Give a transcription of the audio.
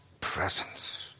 presence